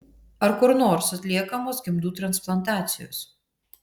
ar kur nors atliekamos gimdų transplantacijos